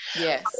Yes